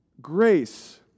grace